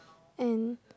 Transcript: and